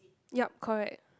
yup correct